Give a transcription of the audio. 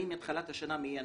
אני מתחילת השנה, מינואר,